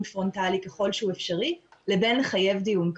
פרונטלי ככל שהוא אפשרי לבין לחייב דיון כזה.